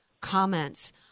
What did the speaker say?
comments